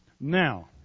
Now